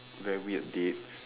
varied dates